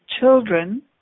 children